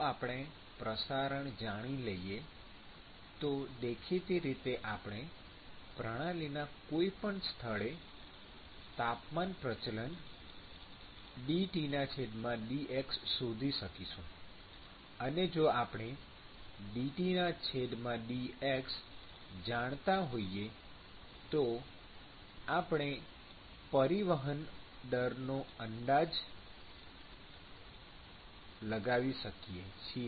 જો આપણે પ્રસારણ જાણી લઈએ તો દેખીતી રીતે આપણે પ્રણાલીના કોઈપણ સ્થળે તાપમાન પ્રચલન dTdx શોધી શકીશું અને જો આપણે dTdx જાણતાં હોઈએ તો આપણે પરિવહન દરનો અંદાજ લગાવી શકીએ છીએ